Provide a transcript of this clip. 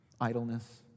Idleness